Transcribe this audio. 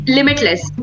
Limitless